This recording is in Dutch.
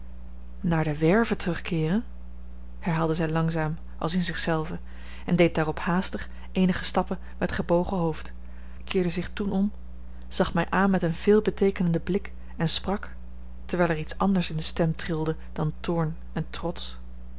naar de werve terugkeeren herhaalde zij langzaam als in zich zelve deed daarop haastig eenige stappen met gebogen hoofd keerde zich toen om zag mij aan met een veelbeteekenende blik en sprak terwijl er iets anders in de stem trilde dan toorn en trots